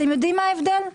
יודעים מה ההבדל?